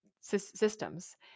systems